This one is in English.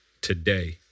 today